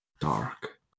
Dark